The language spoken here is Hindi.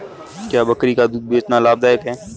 क्या बकरी का दूध बेचना लाभदायक है?